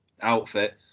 outfit